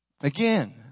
Again